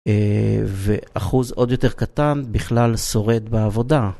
ואחוז עוד יותר קטן בכלל שורד בעבודה.